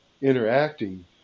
interacting